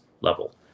level